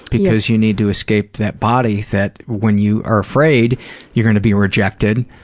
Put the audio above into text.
because you need to escape that body that, when you are afraid you're going to be rejected,